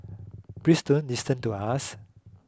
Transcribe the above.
listen to us